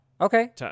Okay